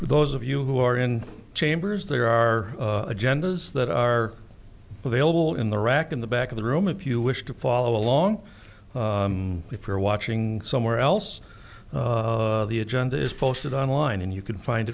those of you who are in chambers there are agendas that are available in the rack in the back of the room if you wish to follow along if you're watching somewhere else the agenda is posted online and you can find